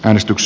äänestys